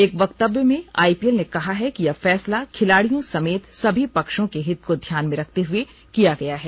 एक वक्तव्य में आईपीएल ने कहा है कि यह फैसला खिलाडियों समेत सभी पक्षों के हित को ध्यान में रखते हुए किया गया है